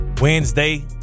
Wednesday